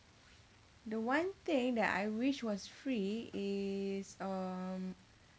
the one thing that I wish was free is um